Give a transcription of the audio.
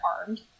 armed